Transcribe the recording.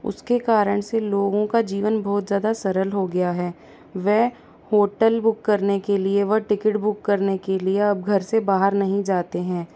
उसके कारण से लोगों का जीवन बहुत ज़्यादा सरल हो गया है वह होटल बुक करने के लिए व टिकट बुक करने के लिए अब घर से बाहर नहीं जाते हैं